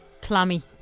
Clammy